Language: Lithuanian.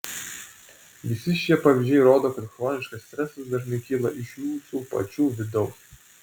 visi šie pavyzdžiai rodo kad chroniškas stresas dažnai kyla iš jūsų pačių vidaus